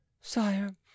sire